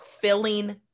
filling